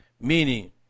meaning